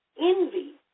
Envy